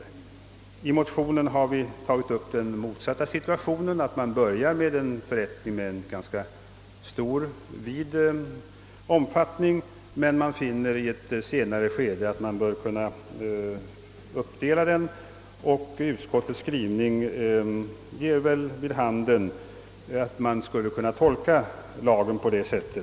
Vi har i motionen tagit upp den motsatta situationen, nämligen att man börjar med en förrättning med ganska vid omfattning men i ett senare skede finner att man bör kunna dela upp den. Utskottets skrivning ger vid handen att man skulle kunna tolka lagen på detta sätt.